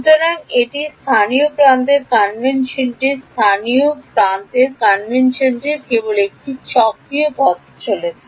সুতরাং এটি স্থানীয় প্রান্তের কনভেনশনটি স্থানীয় প্রান্তের কনভেনশনটি কেবল একটি চক্রীয় পথে চলছে